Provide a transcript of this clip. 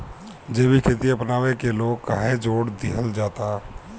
जैविक खेती अपनावे के लोग काहे जोड़ दिहल जाता?